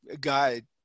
guide